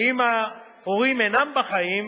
ואם ההורים אינם בחיים,